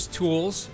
tools